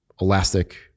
elastic